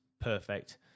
Perfect